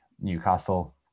Newcastle